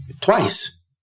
twice